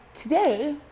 today